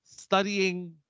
studying